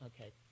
okay